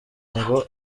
ngo